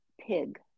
pig